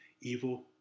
evil